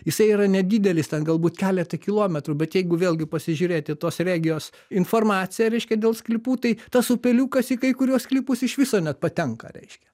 jisai yra nedidelis ten galbūt keletą kilometrų bet jeigu vėlgi pasižiūrėti tos regijos informaciją reiškia dėl sklypų tai tas upeliukas į kai kuriuos sklypus iš viso nepatenka reiškia